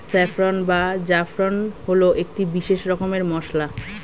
saffron বা জাফরান হল একটি বিশেষ রকমের মশলা